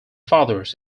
fathers